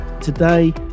Today